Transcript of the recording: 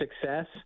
success